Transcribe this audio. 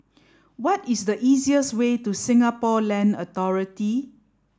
what is the easiest way to Singapore Land Authority